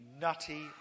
nutty